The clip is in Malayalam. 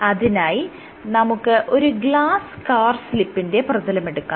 അതിനായി നമുക്ക് ഒരു ഗ്ലാസ് കവർസ്ലിപ്പിന്റെ പ്രതലമെടുക്കാം